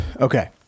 okay